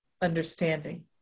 understanding